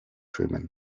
schwimmen